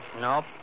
Nope